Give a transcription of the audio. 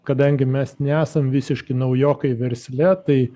kadangi mes nesam visiški naujokai versle tai